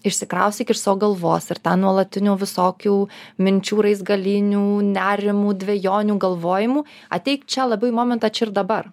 išsikraustyk iš savo galvos ir tą nuolatinių visokių minčių raizgalynių nerimų dvejonių galvojimų ateik čia labai į momentą čia ir dabar